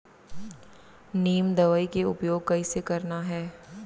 नीम दवई के उपयोग कइसे करना है?